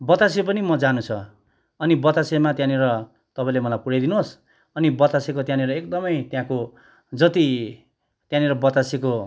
बतासे पनि म जानु छ अनि बतासेमा त्यहाँनिर तपाईँले मलाई पुर्याइदिनुस् अनि बतासेको त्यहाँनिर एकदमै त्यहाँको जति त्यहाँनिर बतासेको